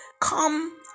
come